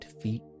feet